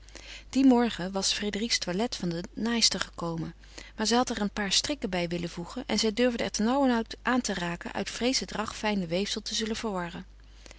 dien morgen was frédérique's toilet van de naaister gekomen maar zij had er een paar strikken bij willen voegen en zij durfde er ternauwernood aan raken uit vrees het ragfijne weefsel te zullen verwarren